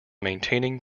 maintaining